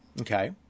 Okay